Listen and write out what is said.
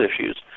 issues